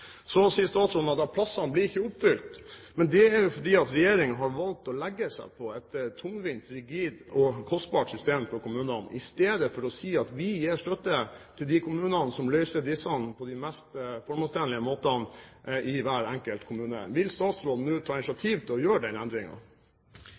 Så sier statsråden at plassene ikke blir fylt opp. Men det er jo fordi regjeringen har valgt et tungvint, rigid og kostbart system for kommunene, i stedet for å si at vi gir støtte til de kommunene som løser dette på den mest formålstjenlige måten i hver enkelt kommune. Vil statsråden nå ta